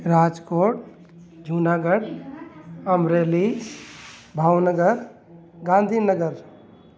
Rajkot Junagadh Amreli Bhavnagar Gandhi Nagar